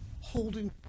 holding